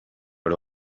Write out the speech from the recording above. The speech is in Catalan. per